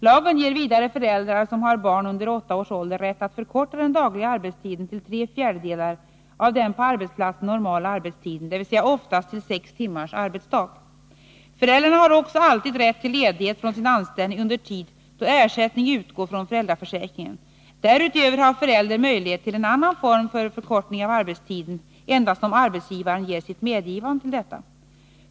Lagen ger vidare föräldrar som har barn under åtta års ålder rätt att förkorta den dagliga arbetstiden till tre fjärdedelar av den på arbetsplatsen normala arbetstiden, dvs. oftast till sex timmars arbetsdag. Föräldrarna har också alltid rätt till ledighet från sin anställning under tid då ersättning utgår från föräldraförsäkringen. Därutöver har förälder möjlighet tillannan form för förkortning av arbetstiden endast om arbetsgivaren ger sitt medgivande till detta.